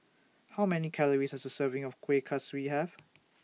How Many Calories Does A Serving of Kuih Kaswi Have